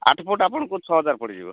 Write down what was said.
ଆଠ୍ ଫୁଟ୍ ଆପଣକୁ ଛଅ ହଜାର୍ ପଡ଼ିଯିବ